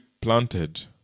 planted